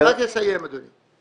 אני רק אסיים, אדוני.